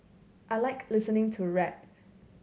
I like listening to rap